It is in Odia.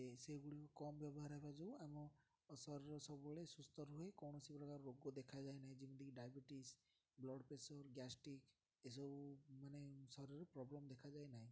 ସେଗୁଡ଼ିକୁ କମ୍ ବ୍ୟବହାର ହେବା ଯେଉଁ ଆମ ଶରୀର ସବୁବେଳେ ସୁସ୍ଥ ରୁହେ କୌଣସି ପ୍ରକାର ରୋଗ ଦେଖାଯା ନାହିଁ ଯେମିତିକି ଡାଇବେଟିସ୍ ବ୍ଲଡ଼୍ ପ୍ରେସର୍ ଗ୍ୟାଷ୍ଟ୍ରିକ୍ ଏସବୁ ମାନେ ଶରୀର ପ୍ରୋବ୍ଲେମ୍ ଦେଖାଯାଏ ନାହିଁ